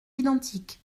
identiques